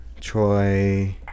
Troy